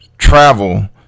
Travel